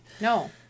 No